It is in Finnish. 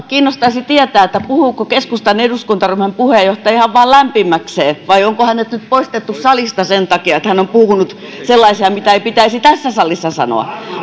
kiinnostaisi tietää puhuuko keskustan eduskuntaryhmän puheenjohtaja ihan vain lämpimäkseen vai onko hänet nyt poistettu salista sen takia että hän on puhunut sellaisia mitä ei pitäisi tässä salissa sanoa